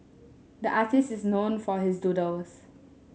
the artist is known for his doodles